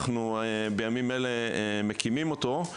בימים אלו אנחנו מקימים אותו,